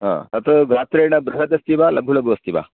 हा तत् गात्रेण बृहदस्ति वा लघु लघु अस्ति वा